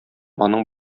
аның